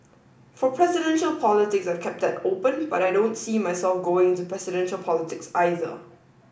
for presidential politics I've kept that open but I don't see myself going into presidential politics either